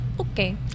okay